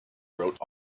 wrote